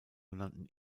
genannten